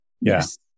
Yes